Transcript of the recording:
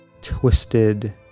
twisted